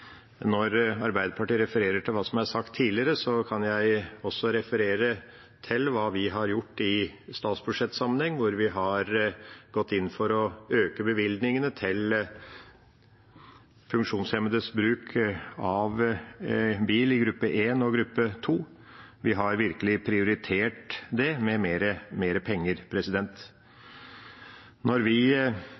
Når Arbeiderpartiet refererer til hva som er sagt tidligere, kan jeg også referere til hva vi har gjort i statsbudsjettsammenheng, hvor vi har gått inn for å øke bevilgningene til funksjonshemmedes bruk av bil i gruppe 1 og gruppe 2. Vi har virkelig prioritert det med mer penger. Når vi